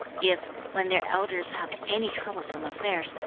if, when their elders have any troublesome affairs,